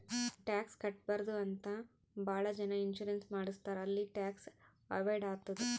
tax ಕಟ್ಬಾರ್ದು ಅಂತೆ ಭಾಳ ಜನ ಇನ್ಸೂರೆನ್ಸ್ ಮಾಡುಸ್ತಾರ್ ಅಲ್ಲಿ ಟ್ಯಾಕ್ಸ್ ಅವೈಡ್ ಆತ್ತುದ್